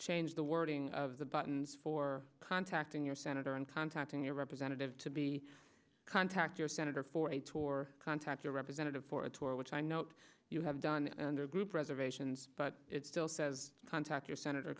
change the wording of the buttons for contacting your senator and contacting your representative to be contact your senator for a tor contact your representative for a tour which i know you have done under group reservations but it still says contact your senator